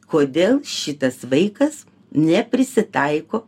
kodėl šitas vaikas neprisitaiko